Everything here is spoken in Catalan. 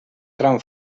tram